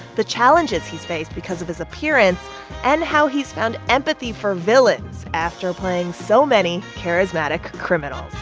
the challenges he's faced because of his appearance and how he's found empathy for villains after playing so many charismatic criminals